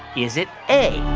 is it a,